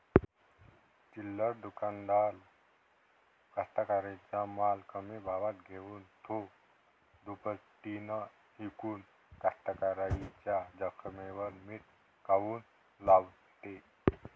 चिल्लर दुकानदार कास्तकाराइच्या माल कमी भावात घेऊन थो दुपटीनं इकून कास्तकाराइच्या जखमेवर मीठ काऊन लावते?